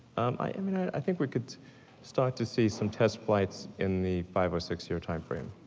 i mean i think we could start to see some test flights in the five or six year timeframe,